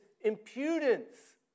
impudence